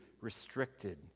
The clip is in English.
restricted